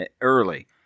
early